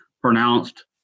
pronounced